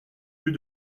plus